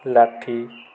ଲାଠି